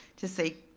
to say,